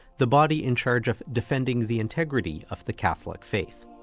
the body in charge of defending the integrity of the catholic faith.